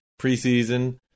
preseason